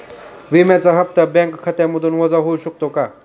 विम्याचा हप्ता बँक खात्यामधून वजा होऊ शकतो का?